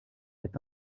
est